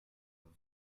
vous